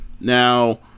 Now